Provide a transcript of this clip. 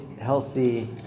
healthy